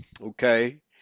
okay